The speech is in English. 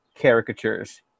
caricatures